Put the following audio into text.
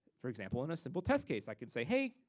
for example in a simple test case. i can say, hey,